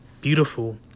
beautiful